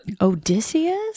Odysseus